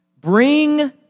Bring